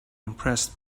impressed